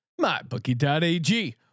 mybookie.ag